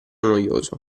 noioso